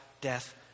death